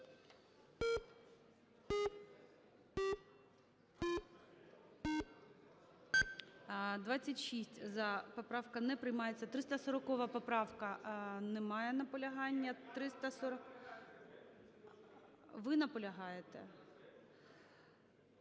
За-26 Поправка не приймається. 340 поправка. Немає наполягання. Ви наполягаєте?